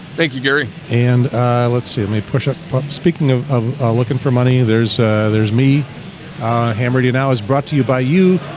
thank you gary and let's see it may push up speaking of of looking for money there's there's me hammered you now is brought to you by you